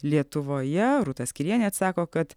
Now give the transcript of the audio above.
lietuvoje rūta skyrienė atsako kad